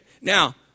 now